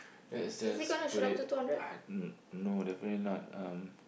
let's just put it uh no definitely not um